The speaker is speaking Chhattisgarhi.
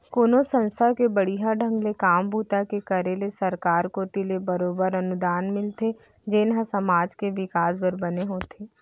कोनो संस्था के बड़िहा ढंग ले काम बूता के करे ले सरकार कोती ले बरोबर अनुदान मिलथे जेन ह समाज के बिकास बर बने होथे